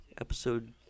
episode